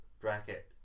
bracket